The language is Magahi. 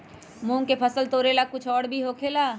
मूंग के फसल तोरेला कुछ और भी होखेला?